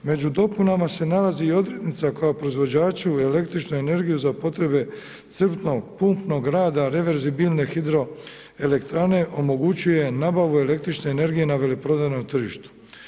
Među dopunama se nalazi i odrednica koja proizvođaču električne energije za potrebe crpnog pumpnog rada reverzibilne hidroelektrane omogućuje nabavu električne energije na veleprodajnom tržištu.